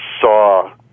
saw